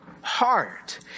heart